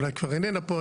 אולי כבר איננה פה,